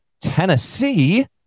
Tennessee